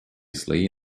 слои